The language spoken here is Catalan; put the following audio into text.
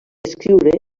escriure